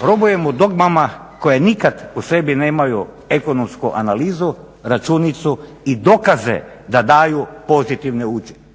Robujemo dogmama koje nikad u sebi nemaju ekonomsku analizu, računicu i dokaze da daju pozitivne učinke.